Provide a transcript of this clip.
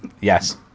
Yes